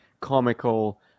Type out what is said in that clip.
comical